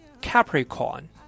Capricorn